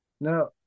Now